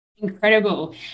Incredible